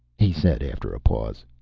he said after a pause.